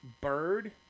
bird